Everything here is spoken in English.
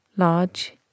large